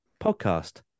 podcast